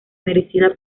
merecida